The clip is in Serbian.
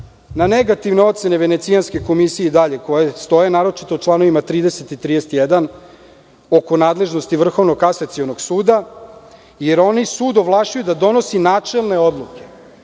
na negativne ocene Venecijanske komisije koje stoje naročito u čl. 30. i 31. oko nadležnosti Vrhovnog kasacionog suda, jer oni sud ovlašćuju da donosi načelne odluke,